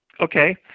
Okay